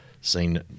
seen